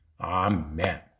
Amen